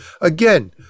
Again